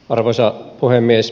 arvoisa puhemies